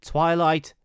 Twilight